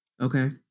okay